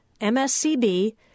mscb